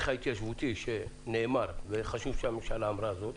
ההתיישבותי שנאמר וחשוב שהממשלה אמרה זאת.